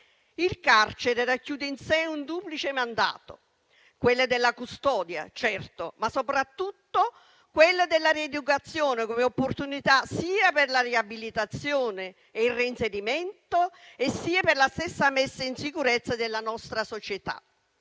Il carcere racchiude in sé un duplice mandato: quello della custodia certo, ma soprattutto quello della rieducazione come opportunità sia per la riabilitazione e il reinserimento, sia per la stessa messa in sicurezza della nostra società.